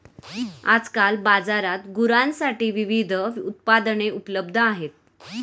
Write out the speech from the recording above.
आजकाल बाजारात गुरांसाठी विविध उत्पादने उपलब्ध आहेत